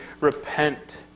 repent